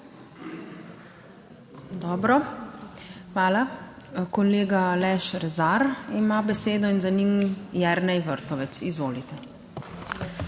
Dobro, hvala. Kolega Aleš Rezar ima besedo in za njim Jernej Vrtovec. Izvolite.